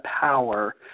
power